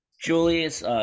Julius